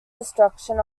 destruction